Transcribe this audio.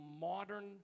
modern